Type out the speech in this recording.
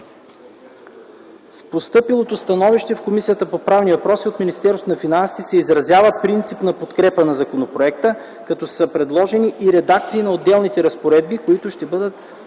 В постъпилото становище в Комисията по правни въпроси от Министерството на финансите се изразява принципна подкрепа на законопроекта, като са предложени и редакции на отделните разпоредби, които ще бъдат